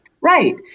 Right